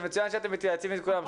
זה מצוין שאתם מתייעצים עם כולם,